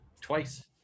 twice